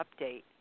update